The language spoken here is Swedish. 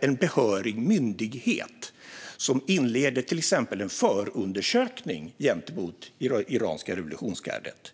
en behörig myndighet som inleder till exempel en förundersökning mot det iranska revolutionsgardet.